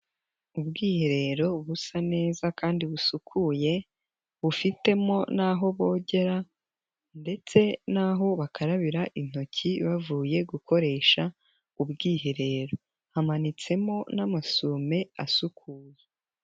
Ubwiherero busa neza kandi busukuye, bufitemo n'aho bogera ndetse n'aho bakarabira intoki bavuye gukoresha ubwiherero, hamanitsemo n'amasume asukuye.